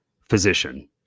physician